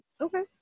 Okay